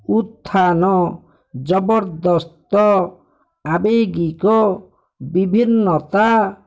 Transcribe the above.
ଉତ୍ଥାନ ଜବରଦସ୍ତ ଆବେଗିକ ବିଭିନ୍ନତା